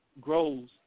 grows